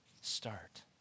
start